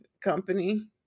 company